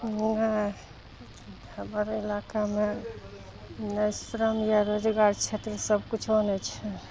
नहि हमर इलाकामे ने श्रम या रोजगार क्षेत्र ई सबकुछो नहि छै